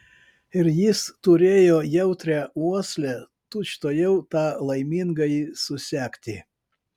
ir jis turėjo jautrią uoslę tučtuojau tą laimingąjį susekti